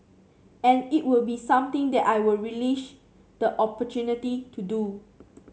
and it would be something that I would relish the opportunity to do